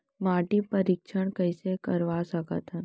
माटी परीक्षण कइसे करवा सकत हन?